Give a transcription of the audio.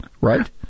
right